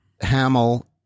Hamill